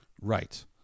Right